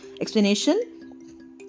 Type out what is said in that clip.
explanation